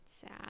sad